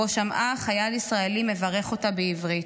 ובו שמעה חייל ישראלי מברך אותה בעברית: